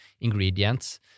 ingredients